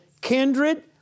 kindred